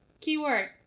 Keyword